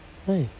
why